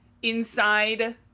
inside